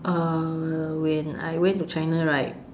when I went to China right